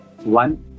One